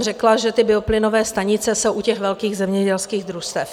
Řekla jsem, že ty bioplynové stanice jsou u těch velkých zemědělských družstev.